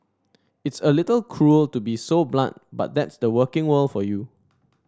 it's a little cruel to be so blunt but that's the working world for you